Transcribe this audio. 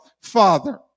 Father